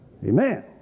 Amen